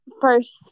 first